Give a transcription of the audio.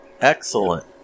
Excellent